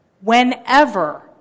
Whenever